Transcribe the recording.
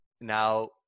Now